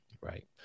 Right